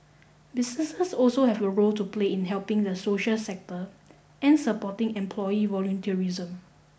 businesses also have a role to play in helping the social sector and supporting employee volunteerism